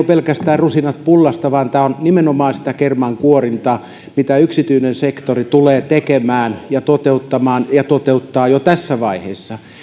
pelkästään rusinat pullasta vaan tämä on nimenomaan sitä kermankuorintaa mitä yksityinen sektori tulee tekemään ja toteuttamaan ja toteuttaa jo tässä vaiheessa